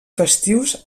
festius